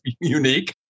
unique